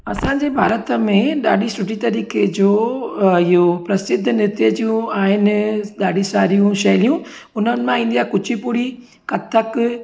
असांजे भारत में ॾाढी सुठी तरीक़े जो अ इहो प्रसिद्ध नृत्य जूं आहिनि ॾाढी सारियूं शैलियूं उन्हनि मां कुची पुड़ी कथक